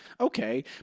Okay